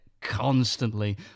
constantly